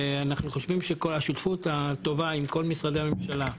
ואנחנו חושבים שהשותפות הטובה עם כל משרדי הממשלה,